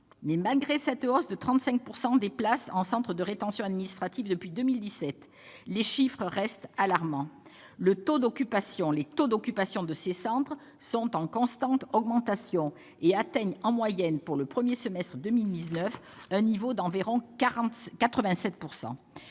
Malgré cette hausse de 35 % des places en CRA depuis 2017, les chiffres restent alarmants : les taux d'occupation de ces centres sont en constante augmentation et atteignent en moyenne, pour le premier semestre 2019, un niveau d'environ 87 %.